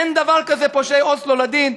אין דבר כזה "פושעי אוסלו לדין",